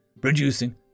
producing